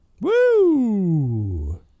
Woo